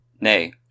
Nay